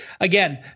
again